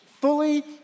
fully